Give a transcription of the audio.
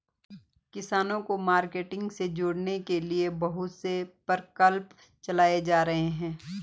किसानों को online marketing से जोड़ने के लिए बहुत से प्रकल्प चलाए जा रहे हैं